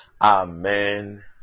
Amen